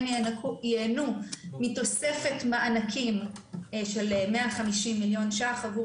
הם ייהנו מתוספת מענקים של 150 מיליון ש"ח עבור